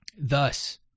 Thus